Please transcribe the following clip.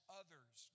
others